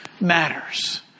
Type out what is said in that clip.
matters